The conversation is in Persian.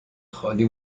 خالی